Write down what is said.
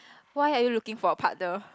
why are you looking for a partner